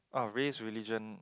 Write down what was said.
oh race religion